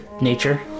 nature